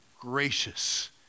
gracious